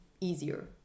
easier